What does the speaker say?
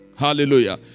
Hallelujah